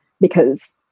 because-